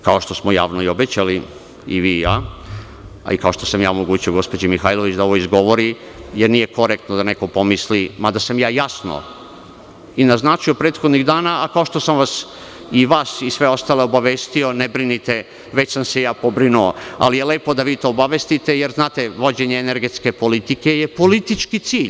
Kao što smo javno obećali i vi i ja, a i kao što sam ja omogućio gospođi Mihajlović da ovo izgovori, jer nije korektno da neko pomisli, mada sam jasno i naznačio prethodnih dana, a kao što sam i vas i sve ostale obavestio, ne brinite već sam se ja pobrinuo, ali je lepo da vi to obavestite, jer znate vođenje energetske politike je politički cilj.